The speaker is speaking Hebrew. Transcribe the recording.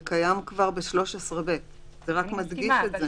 זה קיים כבר ב-13(ב), זה רק מדגיש את זה.